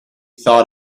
thought